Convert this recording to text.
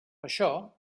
això